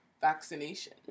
vaccination